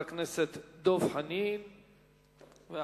הכנסת אורי אריאל, בבקשה.